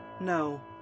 No